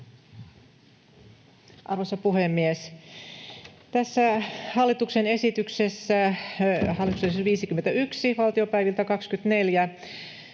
Arvoisa puhemies! Tässä hallituksen esityksessä, hallituksen esitys 51 valtiopäiviltä 24,